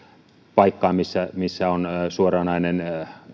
paikkaan missä missä on suoranainen